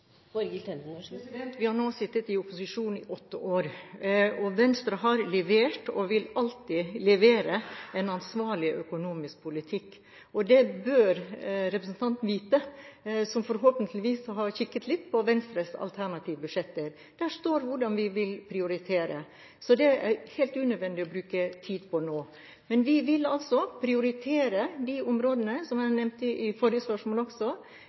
makten. Vi har nå sittet i opposisjon i åtte år, og Venstre har levert og vil alltid levere en ansvarlig økonomisk politikk. Det bør representanten, som forhåpentligvis har kikket litt på Venstres alternative budsjetter, vite. Der står det hvordan vi vil prioritere, så det er det helt unødvendig å bruke tid på nå. Men vi vil prioritere de områdene som jeg nevnte i forrige spørsmål også,